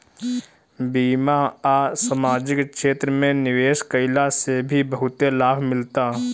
बीमा आ समाजिक क्षेत्र में निवेश कईला से भी बहुते लाभ मिलता